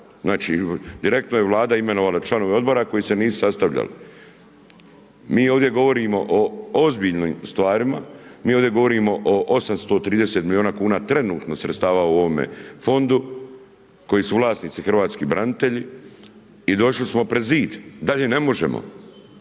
Znači direktno je Vlada imenovala članove odbora koji se nisu sastavljali. Mi ovdje govorimo o ozbiljnim stvarima, mi ovdje govorimo o 830 milijuna kuna trenutno sredstava u ovome fondu koji su vlasnici hrvatski branitelji i došli smo pred zid, dalje ne možemo